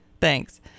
Thanks